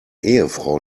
ehefrau